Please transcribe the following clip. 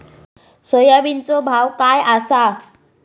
सोयाबीनचो भाव काय आसा?